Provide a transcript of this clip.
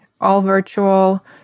all-virtual